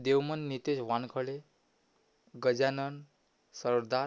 Devman Nitesh Wankhale Gajanan Sardar